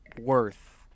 worth